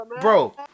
Bro